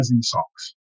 socks